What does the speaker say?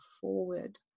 forward